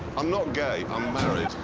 i'm not gay. i'm married.